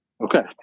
Okay